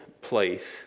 place